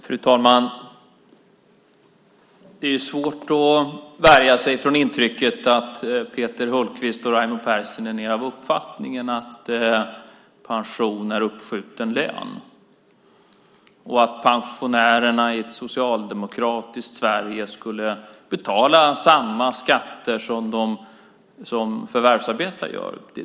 Fru talman! Det är svårt att värja sig för intrycket att Peter Hultqvist och Raimo Pärssinen är av uppfattningen att pension är uppskjuten lön och att pensionärerna i ett socialdemokratiskt Sverige skulle betala samma skatter som de som förvärvsarbetar.